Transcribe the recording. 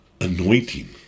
anointing